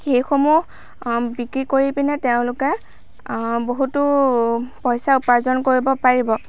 সেইসমূহ বিক্ৰী কৰি পিনে তেওঁলোকে বহুতো পইচা উপাৰ্জন কৰিব পাৰিব